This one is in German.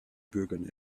bürgern